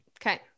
Okay